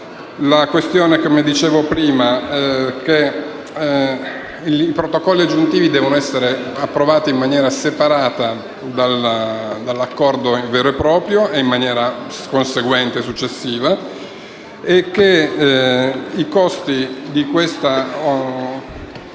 La questione, come ho detto, è che i protocolli aggiuntivi devono essere approvati in maniera separata dall'accordo vero e proprio, e in maniera conseguente e successiva, e che i costi di questa